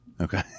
Okay